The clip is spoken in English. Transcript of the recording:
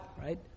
right